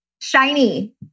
Shiny